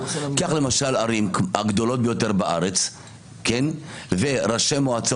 קח למשל ערים הגדולות ביותר בארץ וראשי מועצות